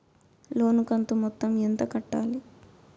లోను కంతు మొత్తం ఎంత కట్టాలి?